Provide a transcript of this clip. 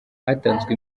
hatanzwe